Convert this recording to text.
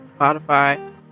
Spotify